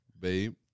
Babe